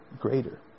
greater